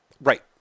Right